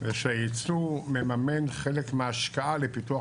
זה שהייצוא מממן חלק מההשקעה לפיתוח